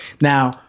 Now